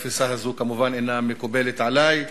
התפיסה הזאת כמובן אינה מקובלת עלי.